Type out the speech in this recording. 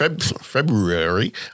february